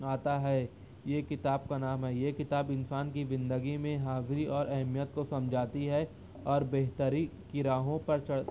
آتا ہے یہ کتاب کا نام ہے یہ کتاب انسان کی زندگی میں حاضری اور اہمیت کو سمجھاتی ہے اور بہتری کی راہوں پر چڑھ